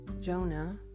Jonah